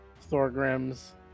Thorgrim's